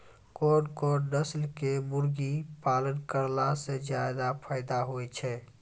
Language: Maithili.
कोन कोन नस्ल के मुर्गी पालन करला से ज्यादा फायदा होय छै?